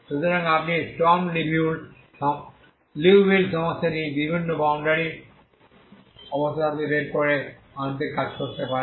সুতরাং আপনি এই স্টর্ম লিওভিল সমস্যাটি বিভিন্ন বাউন্ডারি অবস্থার সাথে বের করে আনতে কাজ করতে পারেন